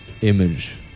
image